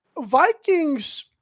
Vikings